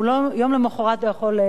ויום למחרת לא יכול,